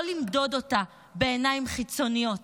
לא למדוד אותה בעיניים חיצוניות.